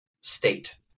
state